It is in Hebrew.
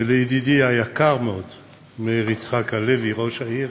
ולידידי היקר מאוד מאיר יצחק הלוי, ראש העיר,